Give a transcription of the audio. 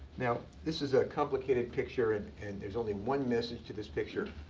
now, this is a complicated picture, and and there's only one message to this picture.